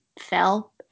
fell